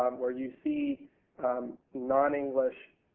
um where you see non-english